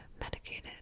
medicated